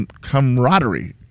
Camaraderie